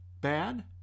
bad